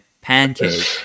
pancake